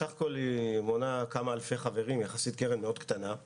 שמונה כמה אלפי חברים, קרן קטנה מאוד יחסית,